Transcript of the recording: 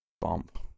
Bump